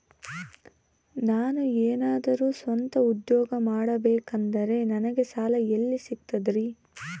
ನಾನು ಏನಾದರೂ ಸ್ವಂತ ಉದ್ಯೋಗ ಮಾಡಬೇಕಂದರೆ ನನಗ ಸಾಲ ಎಲ್ಲಿ ಸಿಗ್ತದರಿ?